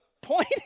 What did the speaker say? point